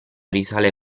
risale